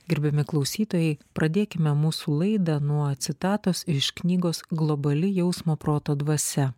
gerbiami klausytojai pradėkime mūsų laidą nuo citatos iš knygos globali jausmo proto dvasia